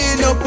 no